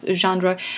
genre